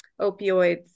opioids